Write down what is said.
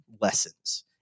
lessons